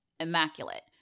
Immaculate